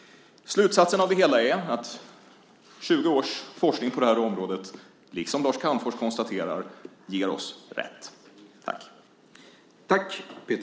Slutsatsen av det hela är att 20 års forskning på det här området, liksom Lars Calmfors, ger oss rätt.